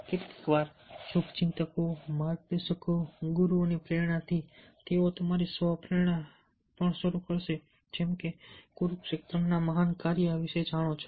કેટલીકવાર શુભચિંતકો માર્ગદર્શકો ગુરુઓની પ્રેરણાથી તેઓ તમારી સ્વ પ્રેરણા પણ શરૂ કરશે જેમકે તમે કુરુક્ષેત્રમ ના મહાન કાર્ય વિશે જાણો છો